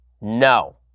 No